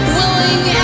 willing